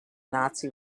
nazi